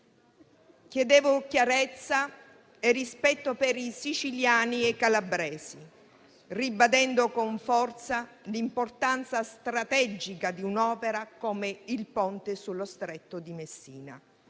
Chiedevo chiarezza e rispetto per i siciliani e i calabresi, ribadendo con forza l'importanza strategica di un'opera come il Ponte sullo Stretto di Messina.